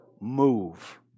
move